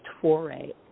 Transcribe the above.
foray